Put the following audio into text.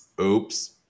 Oops